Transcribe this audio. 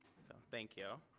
so thank you.